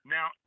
Now